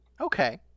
Okay